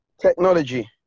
technology